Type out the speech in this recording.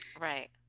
Right